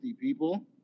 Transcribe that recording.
people